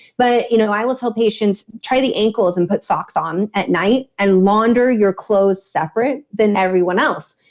but you know i will tell patients, try the ankles and put socks on at night and launder your clothes separate than everyone else.